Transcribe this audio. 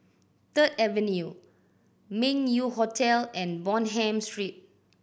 Third Avenue Meng Yew Hotel and Bonham Street